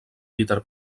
peter